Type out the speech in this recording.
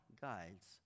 guides